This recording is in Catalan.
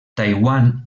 taiwan